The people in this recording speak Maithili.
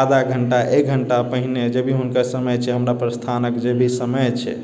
आधा घण्टा एक घण्टा पहिने जे भी हुनका समय छै हमरा प्रस्थानक जे भी समय छै